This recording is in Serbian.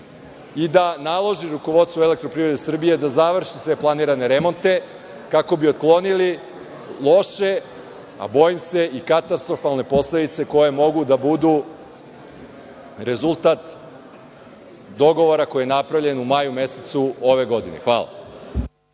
i da naloži rukovodstvu EPS da završi sve planirane remonte kako bi otklonili loše, a bojim se i katastrofalne posledice koje mogu da budu rezultat dogovora koji je napravljen u maju mesecu ove godine. Hvala